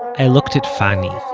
i looked at fanny,